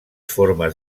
formes